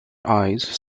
eyes